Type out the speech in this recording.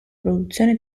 produzione